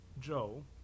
Joe